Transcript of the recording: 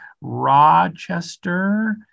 Rochester